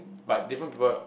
but different people